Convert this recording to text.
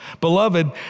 Beloved